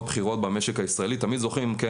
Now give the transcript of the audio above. בכירות במשק הישראלי תמיד זוכרים - כן,